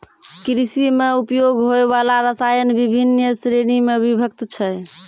कृषि म उपयोग होय वाला रसायन बिभिन्न श्रेणी म विभक्त छै